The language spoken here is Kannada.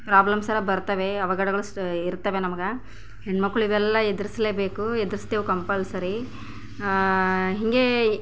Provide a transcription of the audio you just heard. ಪ್ರೊಬ್ಲೆಮ್ಸ್ ಎಲ್ಲ ಬರ್ತಾವೆ ಅವಘಡಗಳು ಇರ್ತವೆ ನಮ್ಗೆ ಹೆಣ್ಮಕ್ಕಳು ಇವೆಲ್ಲ ಎದುರಿಸ್ಲೆಬೇಕು ಎದ್ರಿಸ್ತೇವೆ ಕಂಪಲ್ಸರಿ ಹೀಗೆ